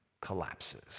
collapses